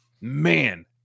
man